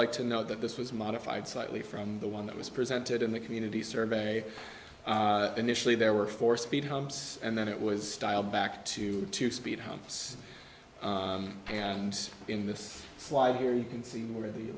like to note that this was modified slightly from the one that was presented in the community survey initially there were four speed humps and then it was style back to two speed humps and in this slide here you can see where the